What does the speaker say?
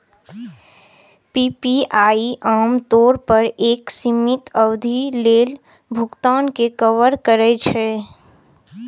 PPI आम तौर पर एक सीमित अवधि लेल भुगतान कें कवर करै छै